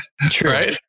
True